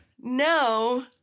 no